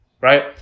Right